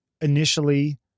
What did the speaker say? initially